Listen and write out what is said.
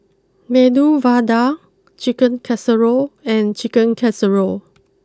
Medu Vada Chicken Casserole and Chicken Casserole